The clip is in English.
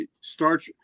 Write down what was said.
start